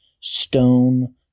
stone